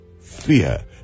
Fear